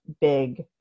big